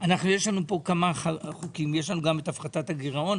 יש לנו פה כמה חוקים, גם את הפחתת הגירעון.